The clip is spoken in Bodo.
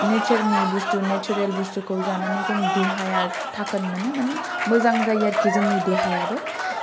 नेटसारनि बुस्टु नेटसारेल बुस्तुखौ जानानै जों देहाया थाखोद मोनो मानि मोजां जायो आरिखि जोंनि देहायाबो